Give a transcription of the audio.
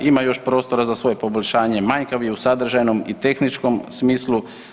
Ima još prostora za svoje poboljšanje, manjka mi u sadržajnom i tehničkom smislu.